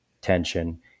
tension